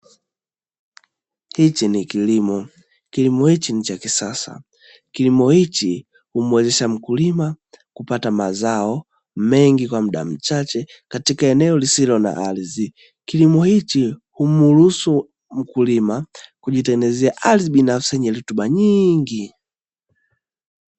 Hichi ni kilimo. Kilimo hichi ni cha kisasa. Kilimo hichi humuwezesha mkulima kupata mazao mengi kwa muda mchache, katika eneo lisilo na ardhi. Kilimo hichi humruhusu mkulima kujitengenezea ardhi binafsi yenye rutuba nyingi.